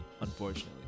unfortunately